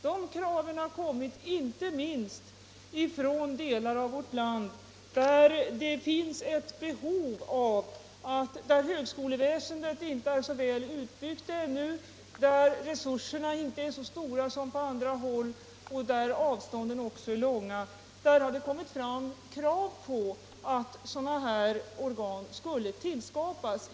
Detta krav har inte minst kommit från de delar av landet där högskoleväsendet inte är så väl utbyggt ännu, där resurserna inte är så stora som på andra håll och där avstånden är långa. Krav har ställts på att sådana här organ skall skapas.